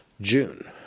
June